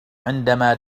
عندما